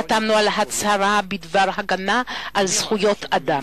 חתמנו על הצהרה בדבר הגנה על זכויות האדם.